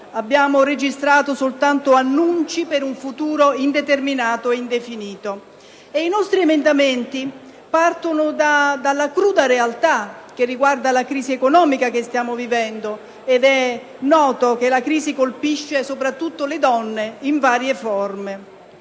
abbiamo registrato soltanto annunci per un futuro indeterminato e indefinito. I nostri emendamenti partono dalla cruda realtà, ossia dalla crisi economica che stiamo vivendo: è infatti noto che la crisi colpisce soprattutto le donne e lo fa in varie forme.